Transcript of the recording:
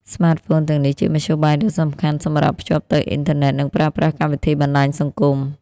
ស្មាតហ្វូនទាំងនេះជាមធ្យោបាយដ៏សំខាន់សម្រាប់ភ្ជាប់ទៅអ៊ីនធឺណិត និងប្រើប្រាស់កម្មវិធីបណ្តាញសង្គម។